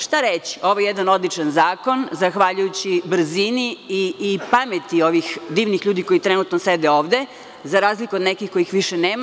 Šta reći, ovo je jedan odličan zakon zahvaljujući brzini i pameti ovih divnih ljudi koji trenutno sede ovde, za razliku od nekih kojih više nema.